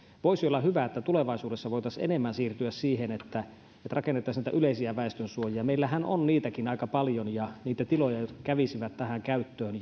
voisi olla hyvä että tulevaisuudessa voitaisiin enemmän siirtyä siihen että rakennettaisiin niitä yleisiä väestönsuojia meillähän on niitäkin aika paljon ja niitä tiloja jotka kävisivät tähän käyttöön